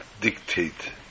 dictate